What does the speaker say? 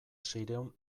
seiehun